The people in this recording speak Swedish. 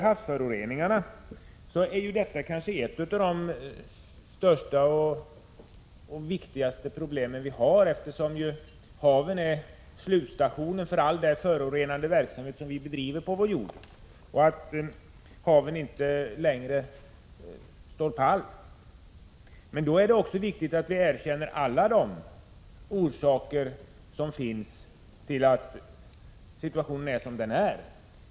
Havsföroreningarna är kanske ett av de största och allvarligaste problemen vi har, eftersom haven ju är slutstationen för all den förorenande verksamhet som vi bedriver på vår jord. Och haven står inte längre pall. Det är i detta sammanhang viktigt att vi erkänner orsakerna till att situationen är som den är.